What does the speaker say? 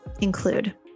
include